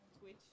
Twitch